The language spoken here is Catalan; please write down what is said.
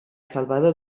salvador